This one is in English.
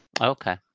okay